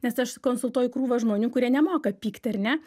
nes aš konsultuoju krūvą žmonių kurie nemoka pykti ar ne